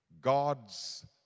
God's